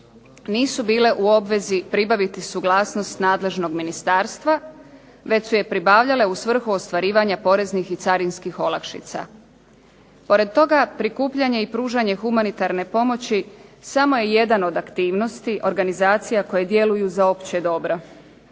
nisu bile u obvezi pribaviti suglasnost nadležnog ministarstva već su je pribavljale u svrhu ostvarivanja poreznih i carinskih olakšica. Pored toga, prikupljanje i pružanje humanitarne pomoći samo je jedna od aktivnosti organizacija koje djeluju za opće dobro,